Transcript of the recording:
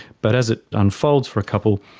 but as it unfolds for a couple,